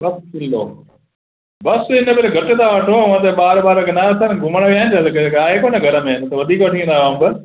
ॿ किलो बस हिन भेरे घटि था वठो ऊअं त ॿार वार वठंदा आहिनि घुमणु विया आहिनि छा इन करे आहे न घर में न त वधीक वठी वेंदा आहियो अंब